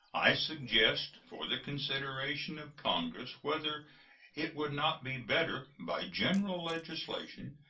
i suggest for the consideration of congress whether it would not be better, by general legislation,